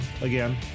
again